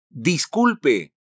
Disculpe